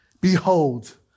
behold